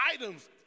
items